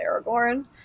Aragorn